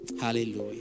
Hallelujah